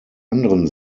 anderen